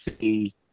see –